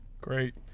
Great